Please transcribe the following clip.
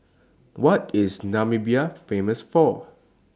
What IS Namibia Famous For